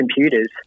computers